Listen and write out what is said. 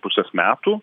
pusės metų